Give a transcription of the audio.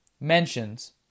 mentions